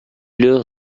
leur